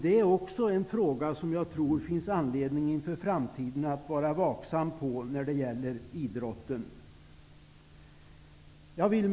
Det är också en fråga som det finns anledning att vara vaksam över inför framtiden. Fru talman!